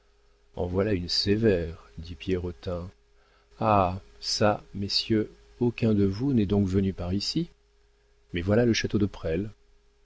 en voilà une sévère dit pierrotin ah çà messieurs aucun de vous n'est donc venu par ici mais voilà le château de presles